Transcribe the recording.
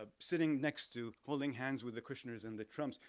sitting next to, holding hands with the kushners and the trumps,